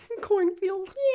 cornfield